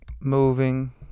moving